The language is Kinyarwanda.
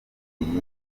iyindi